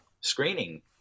screening